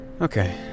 Okay